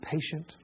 patient